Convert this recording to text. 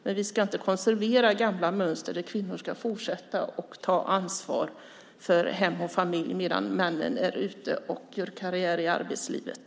Men vi ska inte konservera gamla mönster där kvinnor ska fortsätta att ta ansvar för hem och familj medan männen är ute och gör karriär i arbetslivet.